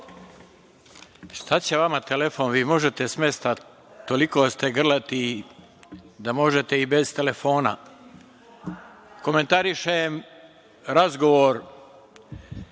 Šta će vama telefon, vi možete s mesta. Toliko ste grlati da možete i bez telefona. Komentarišem razgovor,